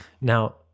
Now